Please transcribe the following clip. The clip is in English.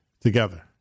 together